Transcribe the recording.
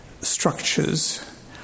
structures